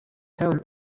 town